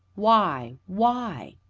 why? why?